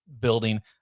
building